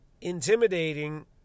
intimidating